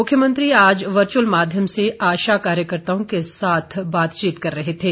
मुख्यमंत्री आज वर्चुअल माध्यम से आशा कार्यकर्ताओं के साथ बातचीत कर रहे थे